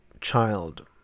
child